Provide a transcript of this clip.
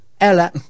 Ella